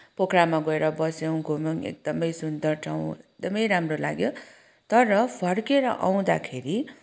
पोखरामा गएर बस्यौँ घुम्यौँ एकदमै सुन्दर ठाउँ एकदमै राम्रो लाग्यो तर फर्किएर आउँदाखेरि